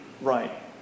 right